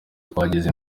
twagize